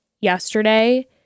yesterday